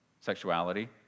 sexuality